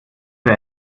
für